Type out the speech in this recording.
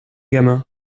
gamin